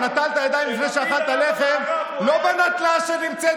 נטלת ידיים לפני שאכלת לחם לא בנטלה שנמצאת